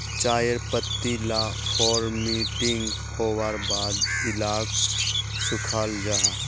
चायर पत्ती ला फोर्मटिंग होवार बाद इलाक सुखाल जाहा